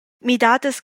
midadas